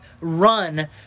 run